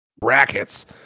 Brackets